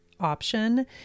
Option